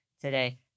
today